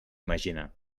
imaginar